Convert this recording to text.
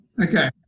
Okay